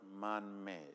man-made